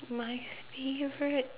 my favourite